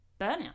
burnout